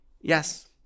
Yes